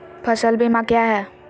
फ़सल बीमा क्या है?